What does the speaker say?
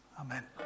Amen